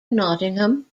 nottingham